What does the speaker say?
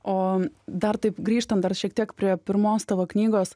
o dar taip grįžtant dar šiek tiek prie pirmos tavo knygos